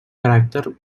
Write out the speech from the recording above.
caràcter